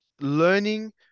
learning